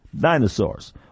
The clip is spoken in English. dinosaurs